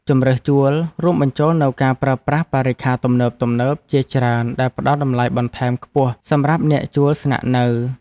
ជម្រើសជួលរួមបញ្ចូលនូវការប្រើប្រាស់បរិក្ខារទំនើបៗជាច្រើនដែលផ្តល់តម្លៃបន្ថែមខ្ពស់សម្រាប់អ្នកជួលស្នាក់នៅ។